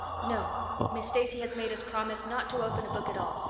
no miss stacy has made us promise not to open a book at all.